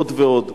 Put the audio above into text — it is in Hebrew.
עוד ועוד.